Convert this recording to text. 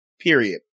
period